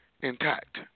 intact